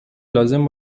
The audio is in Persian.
لازم